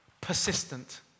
persistent